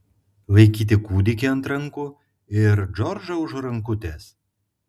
laikyti kūdikį ant rankų ir džordžą už rankutės